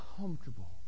comfortable